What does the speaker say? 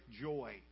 joy